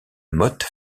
motte